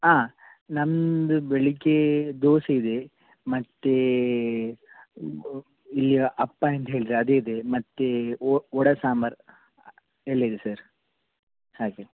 ಹಾಂ ನಮ್ದು ಬೆಳಗ್ಗೇ ದೋಸೆ ಇದೆ ಮತ್ತು ಇಲ್ಲಿ ಅಪ್ಪ ಅಂತ ಹೇಳ್ತರೆ ಅದು ಇದೆ ಮತ್ತು ವಡ ಸಾಂಬಾರು ಎಲ್ಲ ಇದೆ ಸರ್ ಹಾಗೆ